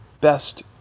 best